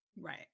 Right